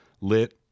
lit